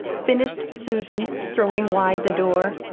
finished susan, throwing wide the door.